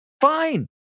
Fine